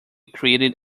created